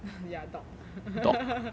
ya doc